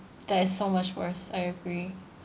that is so much worse I agree